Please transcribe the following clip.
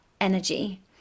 energy